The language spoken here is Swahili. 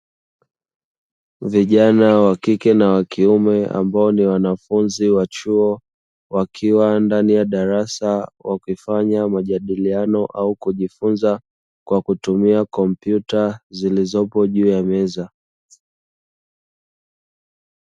Vijana wa kike na wa kiume ambao ni wanafunzi wa chuo, wakiwa ndani ya darasa wakifanya majadiliano au kujifunza kwa kutumia kompyuta zilizopo juu ya meza.